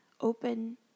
open